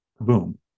boom